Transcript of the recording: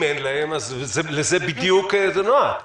אם אין להן לזה בדיוק זה מיועד.